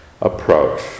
approach